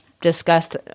discussed